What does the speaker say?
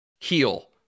heel